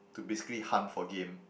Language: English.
to basically hunt for game